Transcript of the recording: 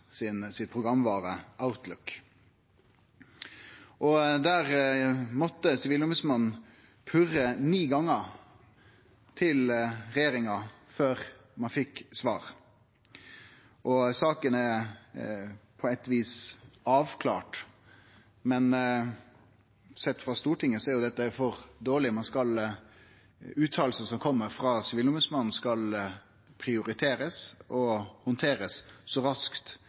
programvare Outlook. Der måtte Sivilombodsmannen purre ni gonger på regjeringa før ein fekk svar. Saka er på eit vis avklart, men sett frå Stortinget si side, er dette for dårleg. Utsegnene som kjem frå Sivilombodsmannen, skal prioriterast og handterast så raskt